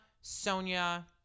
Sonia